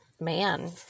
man